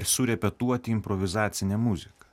surepetuoti improvizacinę muziką